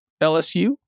LSU